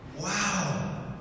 Wow